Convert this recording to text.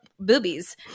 Boobies